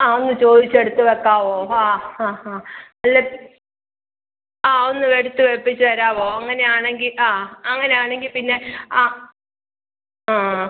ആ ഒന്ന് ചോദിച്ച് എടുത്ത് വയ്ക്കാവോ ഹാ ഹാ ഹാ അല്ലെ ആ ഒന്ന് എടുത്ത് വയ്പ്പിച്ച് തരാവോ അങ്ങനെ ആണെങ്കിൽ ആ അങ്ങനെ ആണെങ്കിൽ പിന്നെ ആ ആ ആ